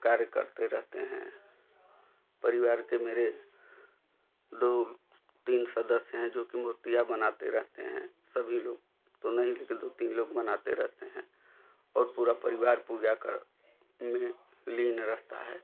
कार्य करते रहते हैं परिवार के मेरे दो तीन सदस्य हैं जोकि मूर्तियाँ बनाते रहते हैं सभी लोग तो नहीं लेकिन दो तीन लोग बनाते रहते हैं और पूरा परिवार पूजा करने में लीन रहता है